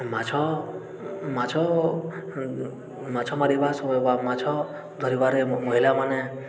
ମାଛ ମାଛ ମାଛ ମାରିବା ବା ମାଛ ଧରିବାରେ ମହିଳାମାନେ